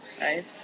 Right